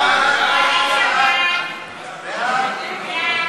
סעיף 2